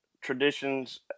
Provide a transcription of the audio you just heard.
traditions